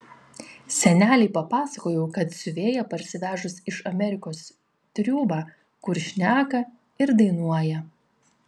senelei papasakojau kad siuvėja parsivežus iš amerikos triūbą kur šneka ir dainuoja